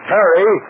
Harry